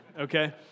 okay